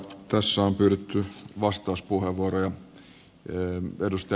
tässä on pyydetty vastauspuheenvuoroja